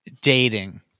dating